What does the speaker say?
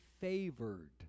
favored